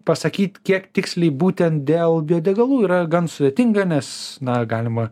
pasakyt kiek tiksliai būtent dėl biodegalų yra gan sudėtinga nes na galima